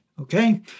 Okay